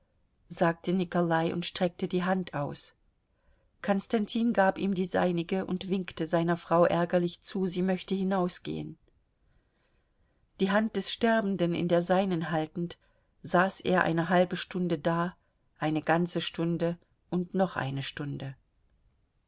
sagte nikolai und streckte die hand aus konstantin gab ihm die seinige und winkte seiner frau ärgerlich zu sie möchte hinausgehen die hand des sterbenden in der seinen haltend saß er eine halbe stunde da eine ganze stunde und noch eine stunde